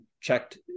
checked